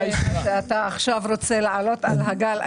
זה אתה עכשיו רוצה לעלות על הגל.